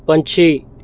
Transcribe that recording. ਪੰਛੀ